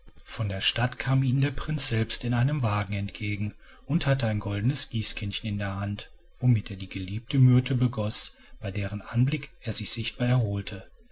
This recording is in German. von der stadt kam ihnen der prinz selbst in einem wagen entgegen und hatte ein goldenes gießkännchen in der hand womit er die geliebte myrte begoß bei deren anblick er sich sichtbar erholte